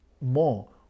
more